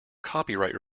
copyright